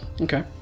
Okay